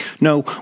No